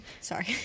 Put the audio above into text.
sorry